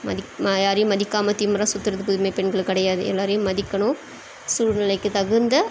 மதிக் யாரையும் மதிக்காமல் திமிராக சுற்றுறது புதுமைப்பெண்கள் கிடையாது எல்லோரையும் மதிக்கணும் சூழ்நிலைக்கு தகுந்த